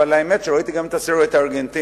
אבל האמת היא שראיתי גם את הסרט הארגנטיני,